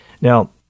now